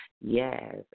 Yes